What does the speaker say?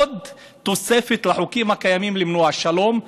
עוד תוספת לחוקים הקיימים שבאים למנוע שלום,